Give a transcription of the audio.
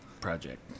Project